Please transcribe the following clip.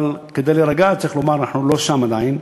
אבל כדי להירגע צריך לומר: אנחנו לא שם עדיין.